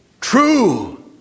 true